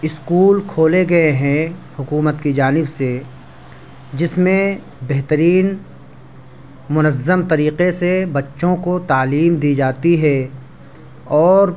school کھولے گئے ہیں حکومت کی جانب سے جس میں بہترین منظم طریقے سے بچوں کو تعلیم دی جاتی ہے اور